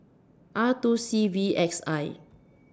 R two C V X I